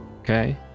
Okay